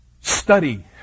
study